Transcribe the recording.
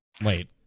Wait